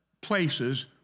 places